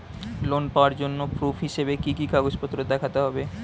Loan পাওয়ার জন্য proof হিসেবে কি কি কাগজপত্র দেখাতে হবে?